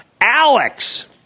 Alex